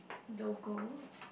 logo